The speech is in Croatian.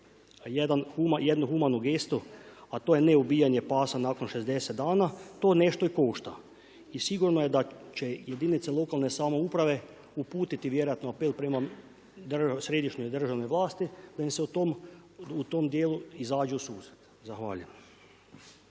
jednu humanu gestu, a to je neubijanje pasa nakon 60 dana to nešto i košta. I sigurno je da će jedinice lokalne samouprave uputiti vjerojatno apel prema središnjoj državnoj vlasti da im se u tom dijelu izađe u susret. Zahvaljujem.